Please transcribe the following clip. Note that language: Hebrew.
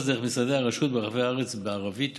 דרך משרדי הרשות ברחבי הארץ בעברית ובערבית.